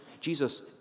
Jesus